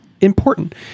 important